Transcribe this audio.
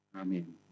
Amen